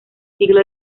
siglo